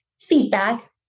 feedback